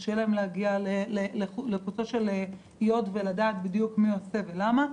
קשה להם להגיע לקוצו של יו"ד ולדעת בדיוק מי עושה ולמה.